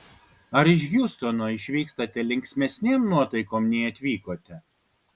ar iš hjustono išvykstate linksmesnėm nuotaikom nei atvykote